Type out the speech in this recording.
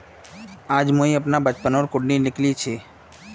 आज मुई अपनार बचपनोर कुण्डली निकली छी